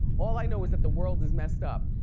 all i know is that the world is messed up.